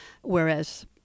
whereas